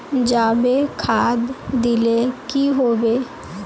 जाबे खाद दिले की होबे?